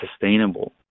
sustainable